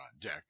deck